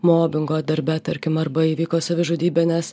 mobingo darbe tarkim arba įvyko savižudybė nes